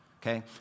Okay